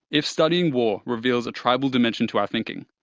if studying war reveals a tribal dimension to our thinking,